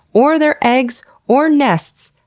or their eggs, or nests,